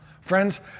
Friends